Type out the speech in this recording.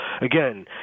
Again